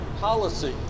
policy